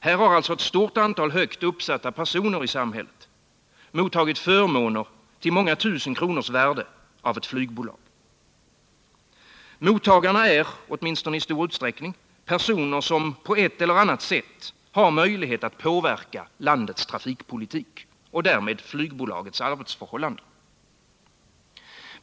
Här har alltså ett stort antal högt uppsatta personer i samhället mottagit förmåner till många tusen kronors värde av ett flygbolag. Mottagarna är, åtminstone i stor utsträckning, personer som på ett eller annat sätt har möjlighet att påverka landets trafikpolitik och därmed flygbolagets arbetsförhållanden.